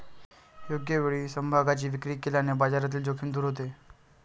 योग्य वेळी समभागांची विक्री केल्याने बाजारातील जोखीम दूर होते